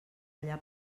allà